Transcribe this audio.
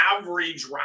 average